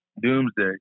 doomsday